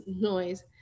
noise